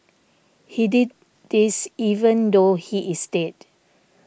he did this even though he is dead